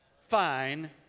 Fine